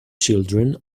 children